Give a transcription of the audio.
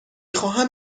خواهم